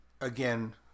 again